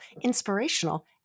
inspirational